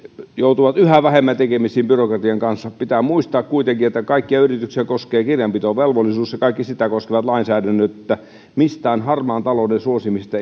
joutuvat yhä vähemmän tekemisiin byrokratian kanssa pitää muistaa kuitenkin että kaikkia yrityksiä koskee kirjanpitovelvollisuus ja kaikki sitä koskevat lainsäädännöt niin että mistään harmaan talouden suosimisesta